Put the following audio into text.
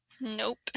Nope